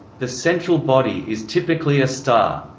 the central body is typically a star.